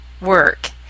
work